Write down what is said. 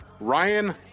Ryan